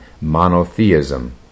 monotheism